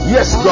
Yes